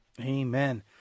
Amen